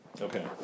Okay